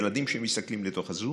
ילדים שמסתכלים לתוך הזום,